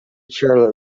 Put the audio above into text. charlotte